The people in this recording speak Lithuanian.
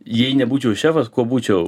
jei nebūčiau šefas kuo būčiau